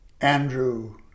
Andrew